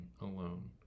alone